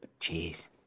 jeez